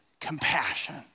compassion